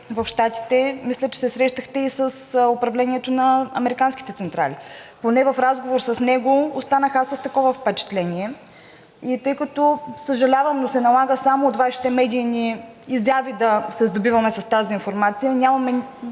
в Щатите, мисля, че се срещнахте и с управлението на американските централи. Поне в разговор с него останах аз с такова впечатление и тъй като, съжалявам, но се налага само от Вашите медийни изяви да се сдобиваме с тази информация, нямаме